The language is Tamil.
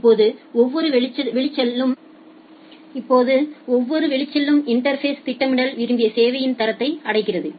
இப்போது ஒவ்வொரு வெளிச்செல்லும் இன்டா்ஃபேஸ் திட்டமிடல் விரும்பிய சேவையின் தரத்தை அடைகிறது